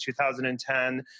2010